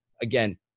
Again